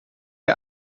hij